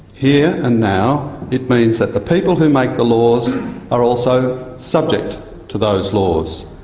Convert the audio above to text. here and now it means that the people who make the laws are also subject to those laws.